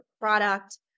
product